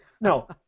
No